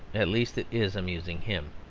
at least it is amusing him.